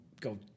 go